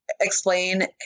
explain